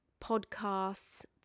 podcasts